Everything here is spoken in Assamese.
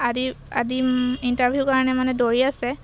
আদি আদি ইণ্টাৰভিউ কাৰণে মানে দৌৰি আছে